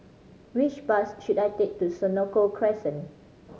which bus should I take to Senoko Crescent